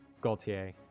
Gaultier